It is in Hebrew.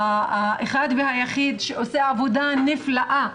האחד והיחיד שעושה עבודה נפלאה,